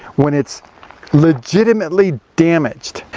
when it's legitimately damaged.